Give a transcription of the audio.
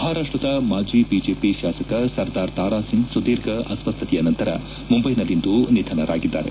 ಮಹಾರಾಷ್ಷದ ಮಾಜಿ ಬಿಜೆಪಿ ಶಾಸಕ ಸರ್ದಾರ್ ತಾರಾಸಿಂಗ್ ಸುಧೀರ್ಘ ಅಸ್ತಸ್ತೆಯ ನಂತರ ಮುಂಬೈನಲ್ಲಿಂದು ನಿಧನರಾಗಿದ್ದಾರೆ